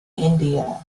india